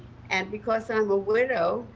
and because i'm a widow,